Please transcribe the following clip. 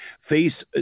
face